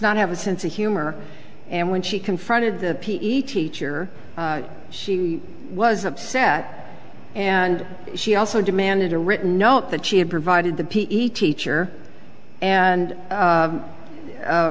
not have a sense of humor and when she confronted the p e teacher she was upset and she also demanded a written note that she had provided the p e teacher and